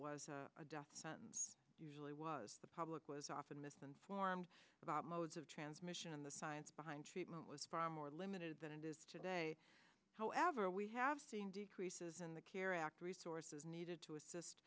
was a death sentence usually was the public was often misinformed about modes of transmission and the science behind treatment was far more limited than it is today however we have seen decreases in the care act resources needed to assist